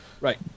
Right